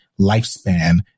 lifespan